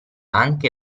anche